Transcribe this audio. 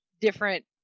different